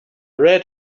read